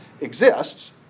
exists